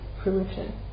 permission